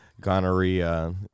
gonorrhea